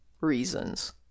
reasons